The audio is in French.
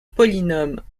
polynômes